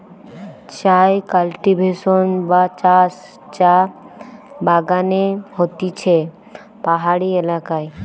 চায় কাল্টিভেশন বা চাষ চা বাগানে হতিছে পাহাড়ি এলাকায়